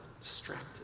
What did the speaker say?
Distracted